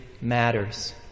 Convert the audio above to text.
matters